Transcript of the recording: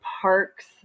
parks